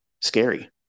scary